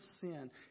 sin